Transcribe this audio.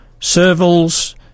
servals